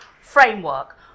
framework